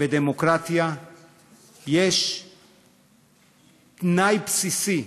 יש תנאי בסיסי,